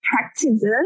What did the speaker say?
practices